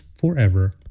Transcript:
forever